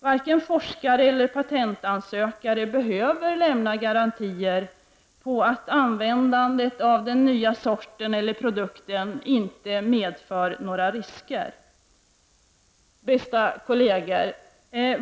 Varken forskare eller de som ansöker om patent behöver lämna garantier på att användandet av den nya sorten eller produkten inte medför några risker. Bästa kolleger!